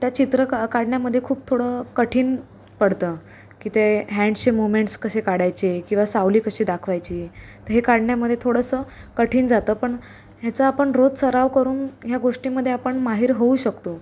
त्या चित्र का काढण्यामध्ये खूप थोडं कठीण पडतं की ते हँडस्चे मुव्हमेंटस कसे काढायचे किंवा सावली कशी दाखवायची तर हे काढण्यामध्ये थोडंसं कठीण जातं पण ह्याचा आपण रोज सराव करून ह्या गोष्टींमध्ये आपण माहिर होऊ शकतो